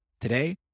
Today